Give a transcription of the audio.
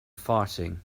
farting